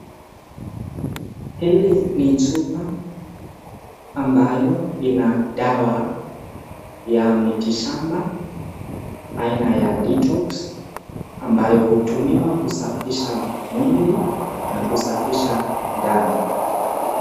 Hili ni chupa ambayo ina dawa ya miti shamba aina ya detox ambayo hutumiwa kusafisha mwili na kusafisha damu.